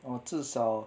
哦至少